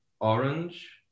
orange